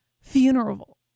funeral